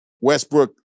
Westbrook